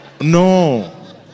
no